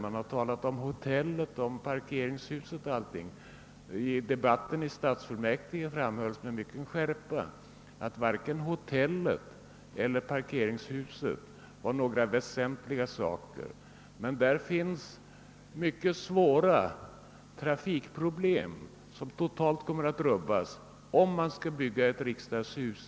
Man har talat om hotellet, om parkeringshuset och allting. I" debatten i Stockholms stadsfullmäktige framhölls emellertid med mycken skärpa att varken hotellet eller parkeringshuset är några väsentliga saker. Däremot kommer de mycket invecklade trafikförhållandena att totalt förändras om man skall bygga ett riksdagshus .